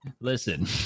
listen